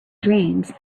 dreams